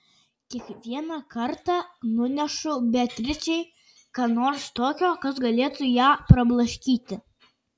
kiekvieną kartą nunešu beatričei ką nors tokio kas galėtų ją prablaškyti